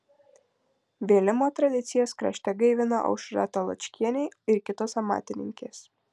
vėlimo tradicijas krašte gaivina aušra taločkienė ir kitos amatininkės